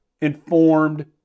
informed